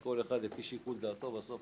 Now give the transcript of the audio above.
אם כל אחד יקבע לפי שיקול דעתו בשביל